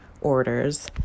orders